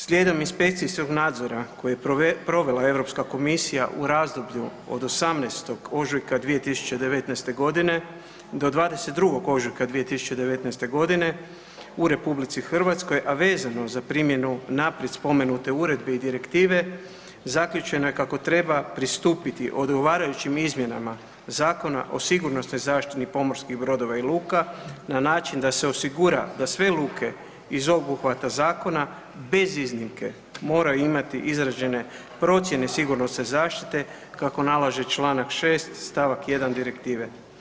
Slijedom inspekcijskog nadzora koji je provela Europska komisija u razdoblju od 18. ožujka 2019. godine do 22. ožujka 2019. godine u RH a vezano za primjenu naprijed spomenute uredbe i direktive zaključeno je kako treba pristupiti odgovarajućim izmjenama Zakona o sigurnosnoj zaštiti pomorskih brodova i luka na način da se osigura da sve luke iz obuhvata zakona bez iznimke moraju imati izrađene procjene sigurnosne zaštite kako nalaže članak 6. stavak 1. Direktive.